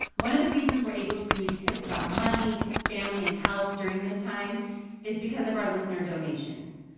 one of the reasons we're able to bring you tips about money, family and health during this time is because of our listener donations.